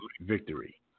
victory